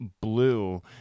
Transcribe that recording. Blue